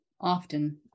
often